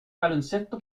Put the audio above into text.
baloncesto